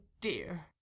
dear